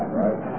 right